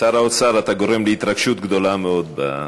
שר האוצר, אתה גורם להתרגשות גדולה מאוד.